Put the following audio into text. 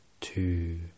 Two